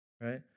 right